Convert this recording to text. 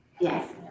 Yes